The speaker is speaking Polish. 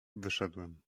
wyszedłem